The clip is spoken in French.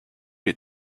les